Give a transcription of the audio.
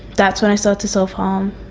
that's when i started to self-harm,